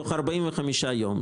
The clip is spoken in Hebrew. תוך 45 יום.